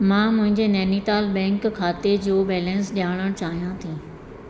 मां मुंहिंजे नैनीताल बैंक खाते जो बैलेंस ॼाणण चाहियां थी